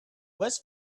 was